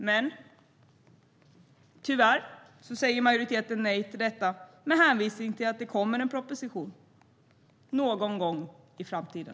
Men tyvärr säger majoriteten nej till detta med hänvisning till att det kommer en proposition någon gång i framtiden.